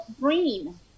Green